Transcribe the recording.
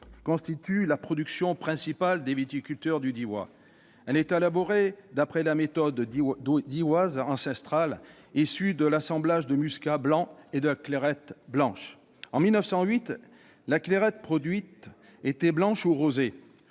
constitue la production principale des viticulteurs du Diois. Elle est élaborée d'après la méthode dioise ancestrale, issue de l'assemblage de muscat blanc et de la clairette blanche. En 1908, la Clairette produite était blanche ou rosée.